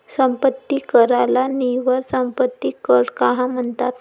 संपत्ती कराला निव्वळ संपत्ती कर का म्हणतात?